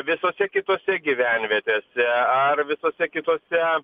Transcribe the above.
visose kitose gyvenvietėse ar visose kitose